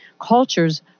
cultures